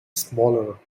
smaller